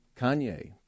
Kanye